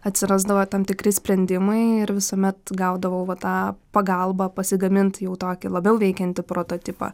atsirasdavo tam tikri sprendimai ir visuomet gaudavau va tą pagalbą pasigamint jau tokį labiau veikiantį prototipą